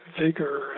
vigor